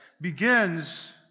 begins